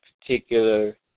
particular